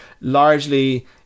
largely